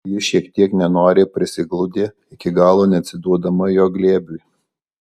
ji šiek tiek nenoriai prisiglaudė iki galo neatsiduodama jo glėbiui